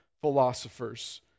philosophers